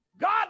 God